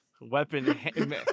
Weapon